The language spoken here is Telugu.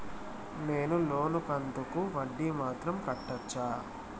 నేను లోను కంతుకు వడ్డీ మాత్రం కట్టొచ్చా?